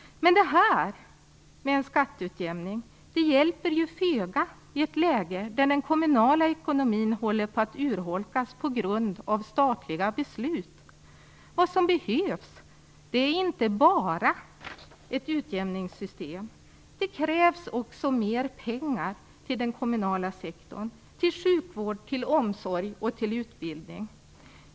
Men en skatteutjämning hjälper ju föga i ett läge där den kommunala ekonomin håller på att urholkas på grund av statliga beslut. Vad som behövs är inte bara ett utjämningssystem. Det krävs också mer pengar till den kommunala sektorn; till sjukvård, omsorg och utbildning.